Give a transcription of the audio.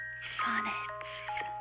sonnets